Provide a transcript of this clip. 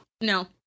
No